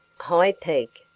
high peak,